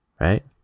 Right